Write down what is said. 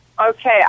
Okay